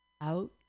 out